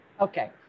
okay